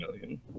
million